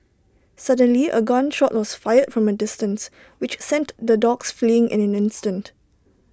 suddenly A gun shot was fired from A distance which sent the dogs fleeing in an instant